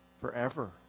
forever